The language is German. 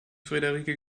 frederike